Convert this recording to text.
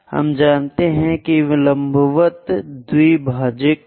हम जानते हैं कि लंबवत द्विभाजक कैसे बनता है